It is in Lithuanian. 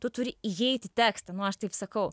tu turi įeit į tekstą nu aš taip sakau